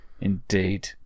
Indeed